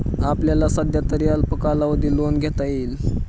आपल्याला सध्यातरी अल्प कालावधी लोन घेता येईल